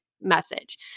message